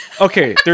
okay